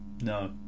No